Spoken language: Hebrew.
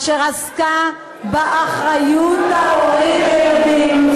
אשר עסקה באחריות ההורים לילדים,